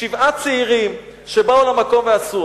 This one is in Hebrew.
שבעה צעירים שבאו למקום ועשו,